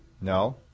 No